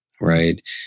right